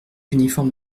uniforme